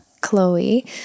Chloe